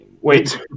wait